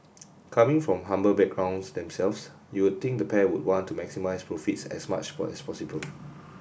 coming from humble backgrounds themselves you'd think the pair would want to maximise profits as much as possible